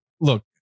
look